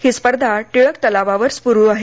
ही स्पर्धा टिळक तलावावर सुरू आहे